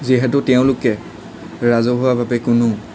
যিহেতু তেওঁলোকে ৰাজহুৱাভাৱে কোনো